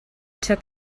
took